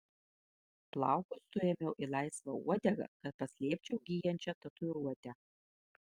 plaukus suėmiau į laisvą uodegą kad paslėpčiau gyjančią tatuiruotę